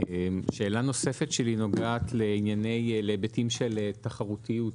שאלה נוספת שלי נוגעת להיבטים של תחרותיות.